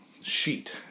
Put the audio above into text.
sheet